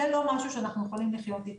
זה לא משהו שאנחנו יכולים לחיות איתו.